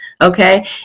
Okay